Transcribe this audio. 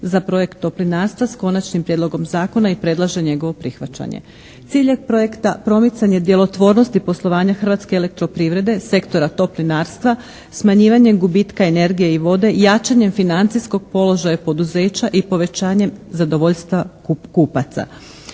za projekt toplinarstva s Konačnim prijedlogom zakona i predlaže njegovo prihvaćenje. Cilj je projekta promicanje djelotvornosti poslovanja Hrvatske elektroprivrede, sektora toplinarstva. Smanjivanje gubitka energije i vode jačanjem financijskog položaja poduzeća i povećanjem zadovoljstva kupaca.